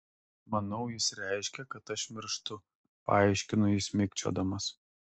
manau jis reiškia kad aš mirštu paaiškino jis mikčiodamas